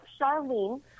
Charlene